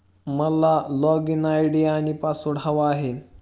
मला login ID आणि password हवा आहे